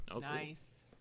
Nice